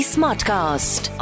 Smartcast